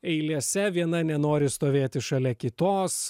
eilėse viena nenori stovėti šalia kitos